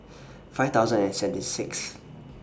five thousand and seventy Sixth